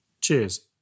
Cheers